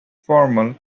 formal